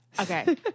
Okay